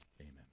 Amen